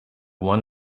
won